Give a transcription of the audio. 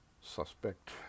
suspect